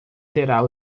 terá